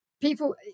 People